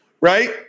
right